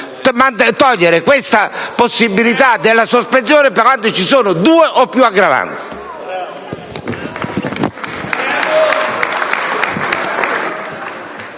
togliere questa possibilità della sospensione; peraltro ci sono due o più aggravanti.